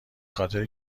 خاطر